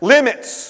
Limits